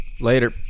Later